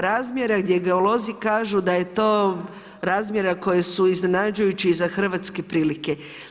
Razmjera gdje geolozi kažu, da je to razmjera koje su iznenađujući i za hrvatske prilike.